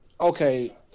okay